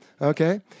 Okay